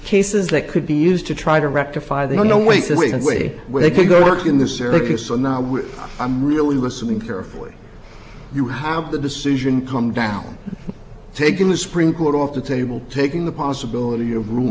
cases that could be used to try to rectify the no wait this week and say where they could go work in the circus or not i'm really listening carefully you have the decision come down taking the supreme court off the table taking the possibility of rule